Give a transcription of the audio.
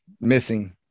missing